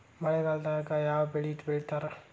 ಮಳೆಗಾಲದಾಗ ಯಾವ ಬೆಳಿ ಬೆಳಿತಾರ?